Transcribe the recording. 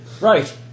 Right